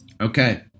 Okay